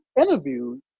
interviewed